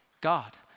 God